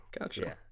gotcha